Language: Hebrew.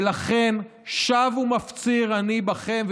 ולכן שב ומפציר אני בכם,